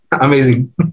Amazing